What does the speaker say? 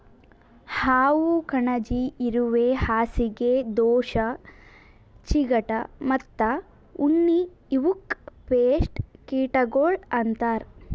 ಹಾವು, ಕಣಜಿ, ಇರುವೆ, ಹಾಸಿಗೆ ದೋಷ, ಚಿಗಟ ಮತ್ತ ಉಣ್ಣಿ ಇವುಕ್ ಪೇಸ್ಟ್ ಕೀಟಗೊಳ್ ಅಂತರ್